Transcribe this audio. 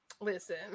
Listen